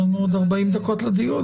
יש לנו עוד 40 דקות לדיון,